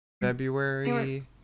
February